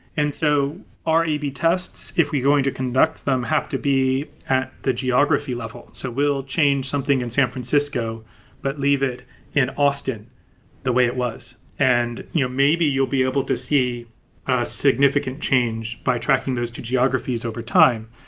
and so our a b tests, if we're going to conduct them, have to be at the geography levels. so we'll change something in san francisco but leave it in austin the way it was. and you know maybe you'll be able to see a significant change by tracking those to geographies overtime,